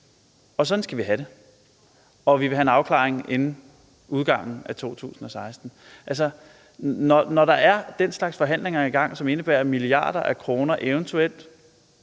Og sådan skal vi have det, og vi vil have en afklaring inden udgangen af 2016. Altså, når der er den slags forhandlinger i gang, som indebærer, at milliarder af kroner eventuelt